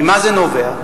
ממה זה נובע?